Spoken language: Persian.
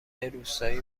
روستایی